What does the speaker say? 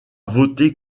voté